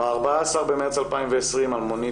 ב-14 במרץ 2020 אלמונית,